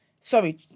Sorry